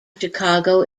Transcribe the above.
chicago